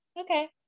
okay